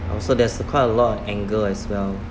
also there's quite a lot anger as well